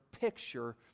picture